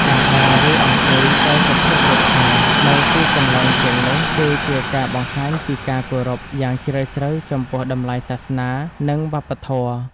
ការដើរ ឬអង្គុយដោយសុភាពរាបសារនៅទីកន្លែងទាំងនោះគឺជាការបង្ហាញពីការគោរពយ៉ាងជ្រាលជ្រៅចំពោះតម្លៃសាសនា និងវប្បធម៌។